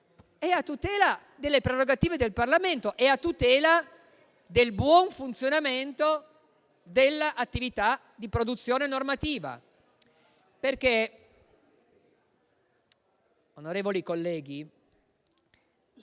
ma delle prerogative del Parlamento e del buon funzionamento dell'attività di produzione normativa. Onorevoli colleghi,